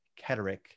Ketterick